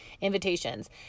invitations